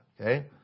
okay